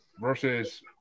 versus